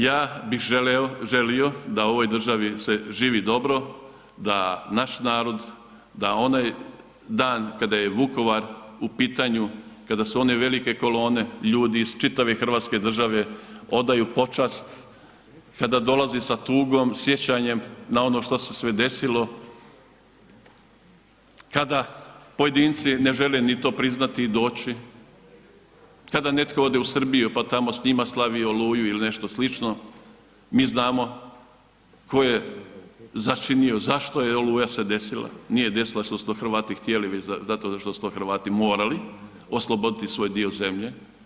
Ja bih želio da u ovoj državi se živi dobro, da naš narod, da onaj dan kada je Vukovar u pitanju, kada su one velike kolone ljudi iz čitave Hrvatske države odaju počast, kada dolazi sa tugom, sjećanjem na ono što se sve desilo, kada pojedinci ne žele ni to priznati i doći, kada netko ode u Srbiju pa tamo s njima slavi Oluju ili nešto slično, mi znamo tko je začinio zašto je Oluja se desila, nije desila se jer su to Hrvati htjeli, već zato što su Hrvati to morali, osloboditi svoj dio zemlje.